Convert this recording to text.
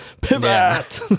Pivot